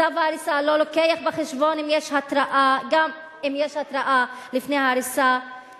צו ההריסה לא לוקח בחשבון גם אם יש התראה לפני ההריסה,